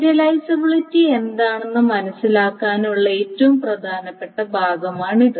serializability എന്താണെന്നു മനസ്സിലാക്കാനുള്ള ഏറ്റവും പ്രധാനപ്പെട്ട ഭാഗമാണിത്